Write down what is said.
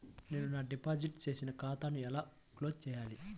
నేను నా డిపాజిట్ చేసిన ఖాతాను ఎలా క్లోజ్ చేయాలి?